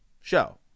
show